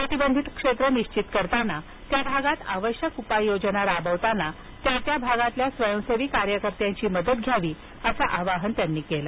प्रतिबंधित क्षेत्र निश्वित करताना त्या भागात आवश्यक उपाययोजना राबवताना त्या त्या भागातल्या स्वयंसेवी कार्यकर्त्यांची मदत घ्या असं आवाहन त्यांनी केलं